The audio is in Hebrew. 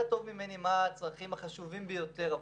טוב ממני מה הצרכים החשובים ביותר עבורו,